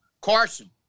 Carson